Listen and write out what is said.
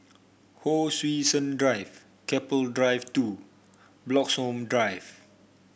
Hon Sui Sen Drive Keppel Drive Two Bloxhome Drive